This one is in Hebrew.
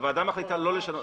הוועדה מחליטה לא לשנות.